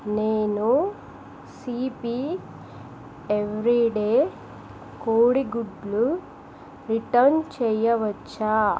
నేను సిపి ఎవెరీడే కోడి గుడ్లు రిటర్న్ చేయవచ్చా